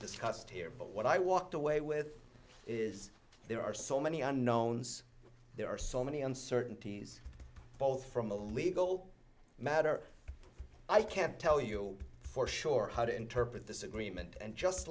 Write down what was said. discussed here but what i walked away with is there are so many unknowns there are so many uncertainties both from a legal matter i can't tell you for sure how to interpret this agreement and just